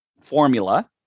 formula